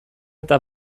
eta